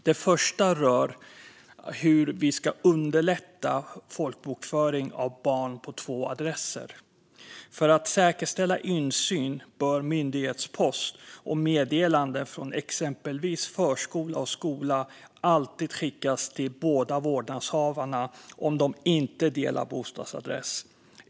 Det första rör hur vi ska underlätta folkbokföring av barn på två adresser. För att säkerställa insyn bör myndighetspost och meddelanden från exempelvis förskola och skola alltid skickas till båda vårdnadshavarna om de inte delar bostadsadress.